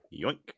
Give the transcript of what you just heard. yoink